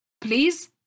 Please